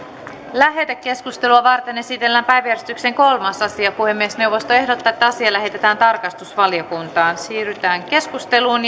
lähetekeskustelua varten esitellään päiväjärjestyksen kolmas asia puhemiesneuvosto ehdottaa että asia lähetetään tarkastusvaliokuntaan siirrytään keskusteluun